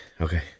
okay